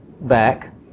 back